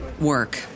work